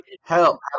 Help